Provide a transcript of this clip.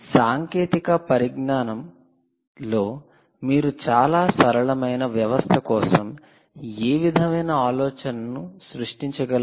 సాంకేతిక పరిజ్ఞానం లో మీరు చాలా సరళమైన వ్యవస్థ కోసం ఏ విధమైన ఆలోచనను సృష్టించగలరు